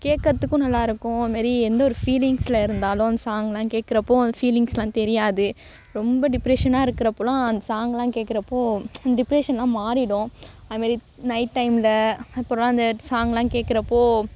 கேக்கிறதுக்கும் நல்லா இருக்கும் அதுமாரி எந்த ஒரு ஃபீலிங்ஸில் இருந்தாலும் அந்த சாங்லாம் கேக்கிறப்போ அந்த ஃபீலிங்ஸ்லாம் தெரியாது ரொம்ப டிப்ரெஷனாக இருக்கிறப்போலாம் அந்த சாங்லாம் கேக்கிறப்போ அந்த டிப்ரெஷன்லாம் மாறிடும் அது மாதிரி நைட் டைமில் அப்புறம் இந்த சாங்லாம் கேக்கிறப்போ